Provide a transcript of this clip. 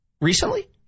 Recently